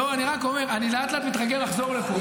אני רק אומר, אני לאט-לאט מתרגל לחזור לפה.